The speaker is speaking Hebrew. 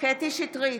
קטי קטרין שטרית,